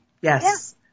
Yes